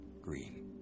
Green